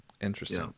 Interesting